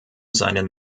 seinen